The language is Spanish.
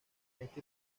este